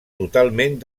totalment